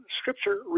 Scripture